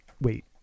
Wait